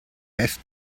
best